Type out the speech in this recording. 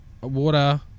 water